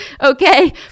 Okay